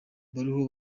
bariko